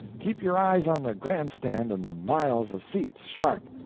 keep your eyes on the grand stand and the miles of seats sharp!